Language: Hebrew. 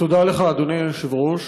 תודה לך, אדוני היושב-ראש.